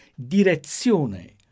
direzione